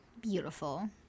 beautiful